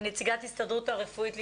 היא נציגת ההסתדרות הרפואית לישראל.